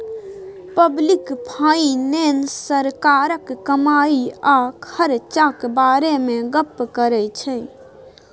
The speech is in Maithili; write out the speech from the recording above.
पब्लिक फाइनेंस सरकारक कमाई आ खरचाक बारे मे गप्प करै छै